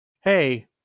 Hey